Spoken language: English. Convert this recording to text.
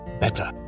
better